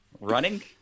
running